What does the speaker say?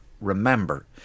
remember